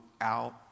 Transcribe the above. out